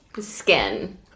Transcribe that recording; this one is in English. skin